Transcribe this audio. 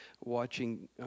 watching